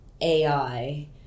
AI